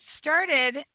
started